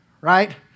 right